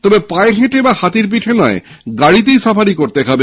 তবে পায়ে হেঁটে বা হাতির পীঠে নয় গাড়িতেই সাফারি করতে হবে